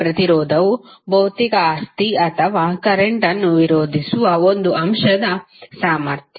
ಪ್ರತಿರೋಧವು ಭೌತಿಕ ಆಸ್ತಿ ಅಥವಾ ಕರೆಂಟ್ ಅನ್ನು ವಿರೋಧಿಸುವ ಒಂದು ಅಂಶದ ಸಾಮರ್ಥ್ಯ